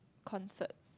concerts